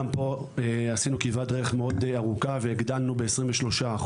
עשינו כברת דרך מאוד ארוכה והגדלנו אותם ב-23%.